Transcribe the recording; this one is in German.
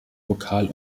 vokal